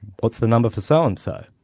what's the number for so-and-so?